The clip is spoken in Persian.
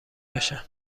باشن